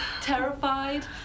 terrified